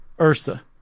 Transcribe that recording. Ursa